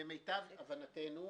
למיטב הבנתנו,